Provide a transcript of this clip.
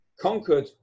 conquered